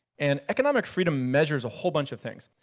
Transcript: and economic freedom measures a whole bunch of things.